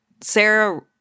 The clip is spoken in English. Sarah